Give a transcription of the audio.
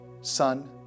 son